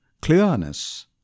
clearness